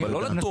אבל לא לתור,